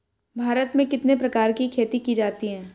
भारत में कितने प्रकार की खेती की जाती हैं?